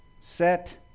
Set